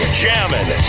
jamming